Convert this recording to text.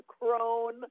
crone